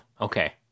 Okay